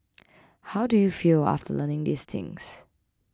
how do you feel after learning these things